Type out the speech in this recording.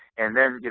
and then, you